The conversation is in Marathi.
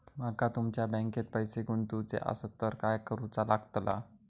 माका तुमच्या बँकेत पैसे गुंतवूचे आसत तर काय कारुचा लगतला?